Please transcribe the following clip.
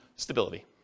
Stability